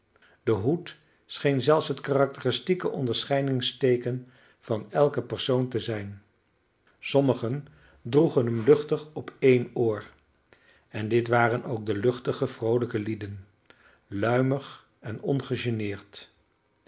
de hoed scheen zelfs het karakteristiek onderscheidingsteeken van elken persoon te zijn sommigen droegen hem luchtig op een oor en dit waren ook de luchtige vroolijke lieden luimig en ongegeneerd